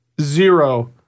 zero